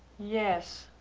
yes.